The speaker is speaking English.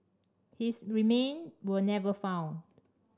his remain were never found